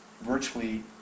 virtually